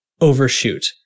overshoot